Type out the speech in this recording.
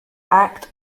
act